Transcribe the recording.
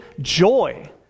joy